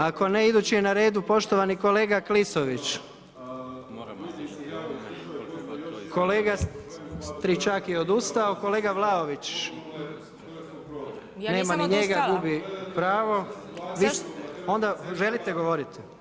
Ako ne, idući je na redu, poštovani kolega Klisović, kolega Stričak je odustao, kolega Vlaović, nema ni njega [[Upadica: Ja nisam odustala.]] Onda gubi pravo, onda želite govoriti?